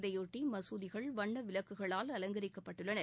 இதையொட்டி மசூதிகள் வண்ண விளக்குகளால் அலங்கரிக்கப்பட்டுள்ளன